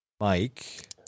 Mike